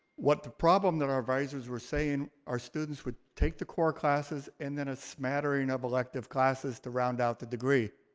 what the problem that our advisors were saying, our students would take the core classes and then a smattering of elective classes to round out the degree.